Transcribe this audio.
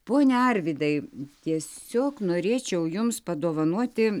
pone arvydai tiesiog norėčiau jums padovanoti